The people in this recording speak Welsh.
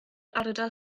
ardal